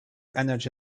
energy